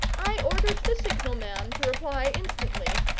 i ordered the signalman to reply instantly,